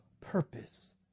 purpose